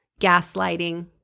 gaslighting